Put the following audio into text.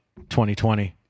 2020